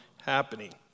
happening